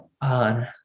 on